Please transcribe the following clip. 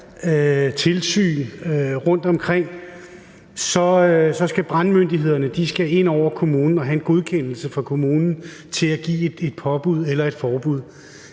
tilsyn rundtomkring, skal brandmyndighederne ind over kommunen og have en godkendelse fra kommunen til at give et påbud eller et forbud.